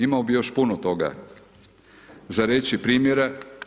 Imao bi još puno toga za reći, primjera.